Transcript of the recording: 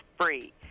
free